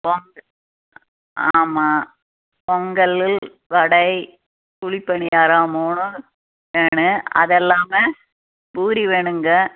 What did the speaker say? ஆமாம் பொங்கலில் வடை குழி பணியாரம் மூணும் வேணும் அது இல்லாமல் பூரி வேணுங்க